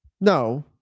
No